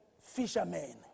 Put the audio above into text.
fishermen